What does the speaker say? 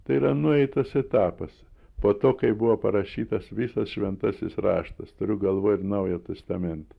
tai yra nueitas etapas po to kai buvo parašytas visas šventasis raštas turiu galvoj ir naują testamentą